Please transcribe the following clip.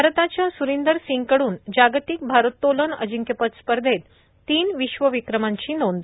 भारताच्या सुरिंदर सिंग कडून जागतिक भारोत्तोलन अजिंक्यपद स्पर्धेत तीन विश्वविक्रमांची नोंद